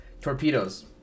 torpedoes